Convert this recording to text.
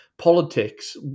Politics